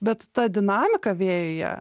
bet ta dinamika vėjuje